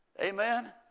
Amen